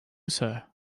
sir